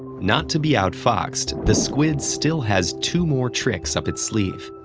not to be outfoxed, the squid still has two more tricks up its sleeve.